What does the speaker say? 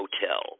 hotel